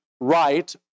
right